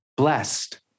blessed